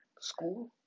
School